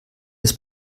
des